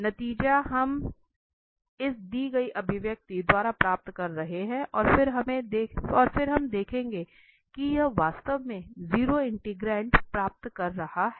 नतीजा हम प्राप्त कर रहे हैं और फिर हम देखेंगे कि यह वास्तव में 0 इंटीग्रैंट प्राप्त कर रहा है